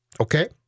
okay